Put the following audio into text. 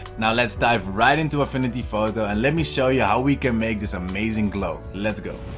now let's dive right into affinity photo and let me show you how we can make this amazing glow. let's go!